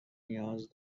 نیاز